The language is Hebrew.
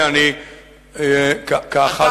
אני כאחד החברים.